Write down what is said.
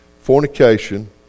fornication